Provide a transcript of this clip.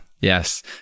Yes